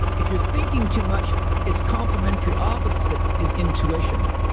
if you're thinking too much, it's complementary opposite is intuition.